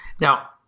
Now